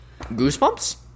Goosebumps